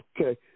Okay